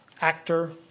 actor